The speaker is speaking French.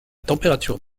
température